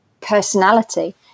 personality